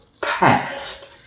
past